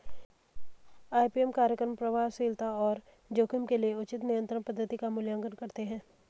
IPM कार्यक्रम प्रभावशीलता और जोखिम के लिए उचित नियंत्रण पद्धति का मूल्यांकन करते हैं